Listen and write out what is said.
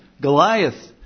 Goliath